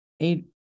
Eight